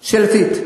שאלתית.